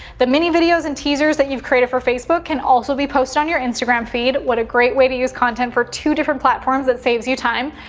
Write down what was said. the mini-videos and teasers that you've created for facebook can also be posted on your instagram feed. what a great way to use content for two different platforms, it saves you time.